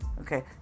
okay